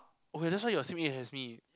okay that's why you are same age as me